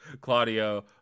Claudio